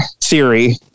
theory